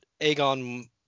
Aegon